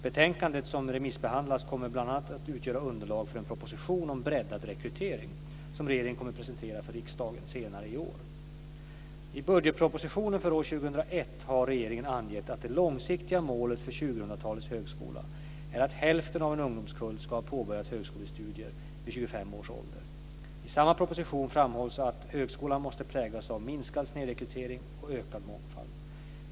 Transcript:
Betänkandet, som remissbehandlats, kommer bl.a. att utgöra underlag för en proposition om breddad rekrytering, som regeringen kommer att presentera för riksdagen senare i år. I budgetpropositionen för år 2001 har regeringen angett att det långsiktiga målet för 2000-talets högskola är att hälften av en ungdomskull ska ha påbörjat högskolestudier vid 25 års ålder. I samma proposition framhålls att högskolan måste präglas av minskad snedrekrytering och ökad mångfald.